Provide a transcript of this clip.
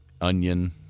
onion